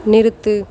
நிறுத்து